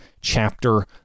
chapter